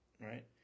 Right